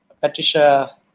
Patricia